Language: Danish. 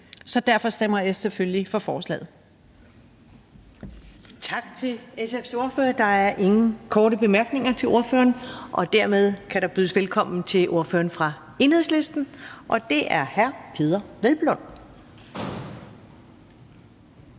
næstformand (Karen Ellemann): Tak til SF's ordfører. Der er ingen korte bemærkninger til ordføreren, og dermed kan der bydes velkommen til ordføreren for Enhedslisten, og det er hr. Peder Hvelplund.